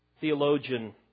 theologian